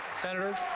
senator?